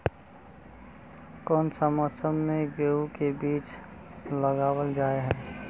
कोन सा मौसम में गेंहू के बीज लगावल जाय है